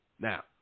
Now